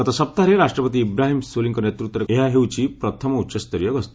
ଗତ ସପ୍ତାହରେ ରାଷ୍ଟ୍ରପତି ଇବ୍ରାହିମ୍ ସୋଲିଙ୍କ ନେତୃତ୍ୱରେ ଗଠିତ ନୂତନ ସରକାରର ପ୍ରଥମ ଉଚ୍ଚସ୍ତରୀୟ ଗସ୍ତ